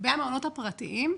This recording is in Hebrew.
לגבי המעונות הפרטיים,